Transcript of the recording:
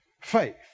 faith